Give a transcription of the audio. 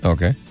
Okay।